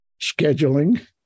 scheduling